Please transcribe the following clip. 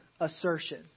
assertion